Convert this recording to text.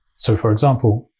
so for example,